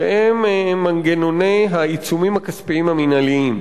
שהם מנגנוני העיצומים הכספיים המינהליים.